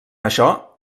això